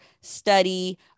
study